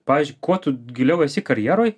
pavyzdžiui kuo tu giliau esi karjeroj